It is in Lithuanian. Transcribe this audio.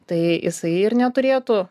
tai jisai ir neturėtų